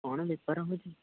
କ'ଣ ବେପାର ହେଉଛି